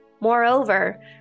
Moreover